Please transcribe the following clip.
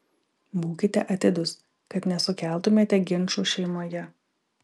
būkite atidūs kad nesukeltumėte ginčų šeimoje